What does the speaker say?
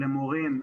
למורים,